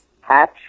Hatch